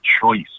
choice